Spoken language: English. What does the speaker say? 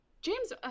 James